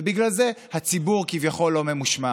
ובגלל זה הציבור כביכול לא ממושמע.